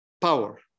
power